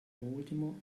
ultimo